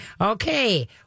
Okay